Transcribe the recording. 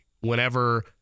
whenever